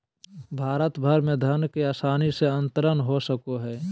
भारत भर में धन के आसानी से अंतरण हो सको हइ